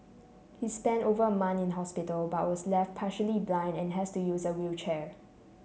he spent over a month in hospital but was left partially blind and has to use a wheelchair